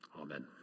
Amen